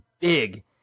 big